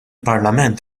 parlament